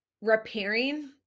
repairing